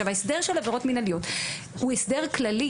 ההסדר של עבירות מינהליות הוא הסדר כללי